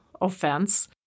offense